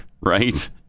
Right